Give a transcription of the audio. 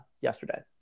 yesterday